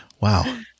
Wow